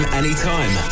anytime